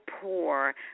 poor